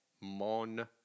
Mon